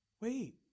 Wait